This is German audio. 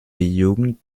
jugend